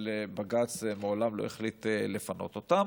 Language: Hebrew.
אבל בג"ץ מעולם לא החליט לפנות אותן.